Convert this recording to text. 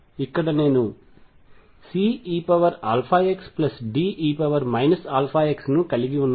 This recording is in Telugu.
ఇక్కడ నేను C eαxD e αx ను కలిగిఉన్నాను